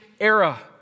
era